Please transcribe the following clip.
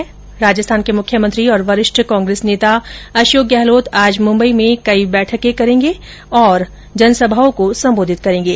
उधर राजस्थान के मुख्यमंत्री और वरिष्ठ कांग्रेस नेता अशोक गहलोत आज मुंबई में कई बैठकें करेंगे और जनसभाओं को संबोधित करेंगे